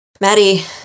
Maddie